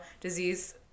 disease